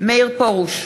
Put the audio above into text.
מאיר פרוש,